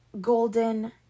golden